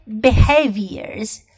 behaviors